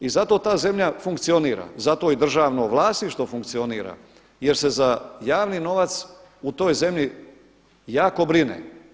I zato ta zemlja funkcionira, zato i državno vlasništvo funkcionira jer se za javni novac u toj zemlji jako brine.